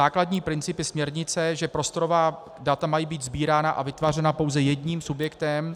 Základní princip směrnice je, že prostorová data mají být sbírána a vytvářena pouze jedním subjektem.